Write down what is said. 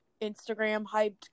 Instagram-hyped